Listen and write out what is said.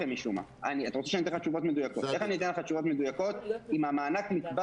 איך אני אתן לך תשובות מדויקות אם המענק נצבר